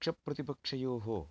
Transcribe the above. पक्ष प्रतिपक्षयोः